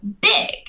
big